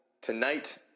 tonight